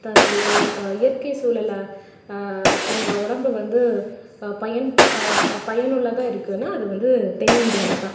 தன்னுடைய இயற்கை சூழல தன்னோடய உடம்பு வந்து பயன் பயனுள்ளதாக இருக்குதுனா அது வந்து தென்னிந்தியாவில தான்